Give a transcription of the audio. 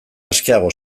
askeago